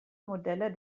modelle